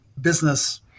business